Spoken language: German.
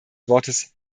wortes